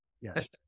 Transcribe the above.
Yes